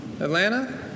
Atlanta